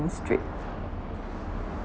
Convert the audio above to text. straight